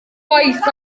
waith